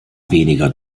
weniger